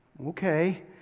okay